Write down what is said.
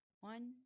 One